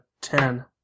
ten